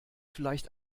vielleicht